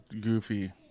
goofy